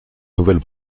nouvelle